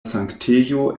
sanktejo